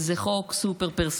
זה חוק סופר-פרסונלי.